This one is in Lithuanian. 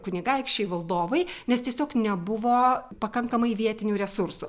kunigaikščiai valdovai nes tiesiog nebuvo pakankamai vietinių resursų